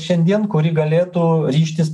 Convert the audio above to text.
šiandien kuri galėtų ryžtis